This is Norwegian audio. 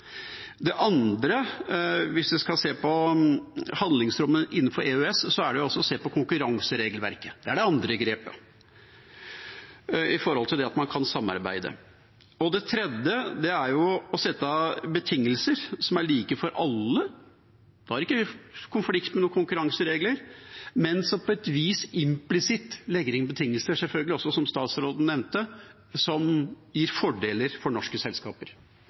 andre, hvis man skal se på handlingsrommet innenfor EØS, er å se på konkurranseregelverket. Det er det andre grepet – for at man kan samarbeide. Det tredje er å sette betingelser som er like for alle – da er det ikke konflikt og konkurranseregler – men som på et vis implisitt legger betingelser, som statsråden også nevnte, som gir fordeler for norske selskaper.